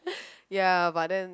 ya but then